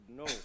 no